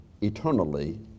eternally